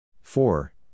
four